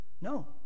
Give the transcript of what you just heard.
No